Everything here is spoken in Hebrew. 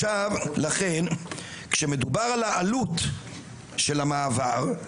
כשמדובר על עלות המעבר,